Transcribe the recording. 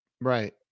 Right